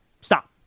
Stop